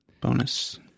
Bonus